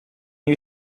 you